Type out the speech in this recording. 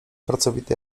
pracowity